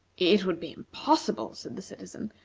it would be impossible, said the citizen,